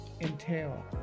entail